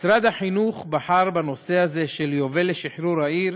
משרד החינוך בחר בנושא הזה של יובל לשחרור העיר